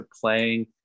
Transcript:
playing